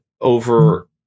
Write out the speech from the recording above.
over